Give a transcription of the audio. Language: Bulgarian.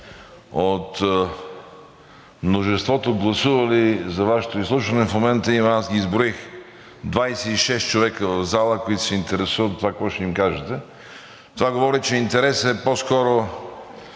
от мнозинството, гласували за Вашето изслушване, в момента има, аз ги изброих, 26 човека в залата, които се интересуват от това, какво ще им кажете. Това говори, че интересът е по-скоро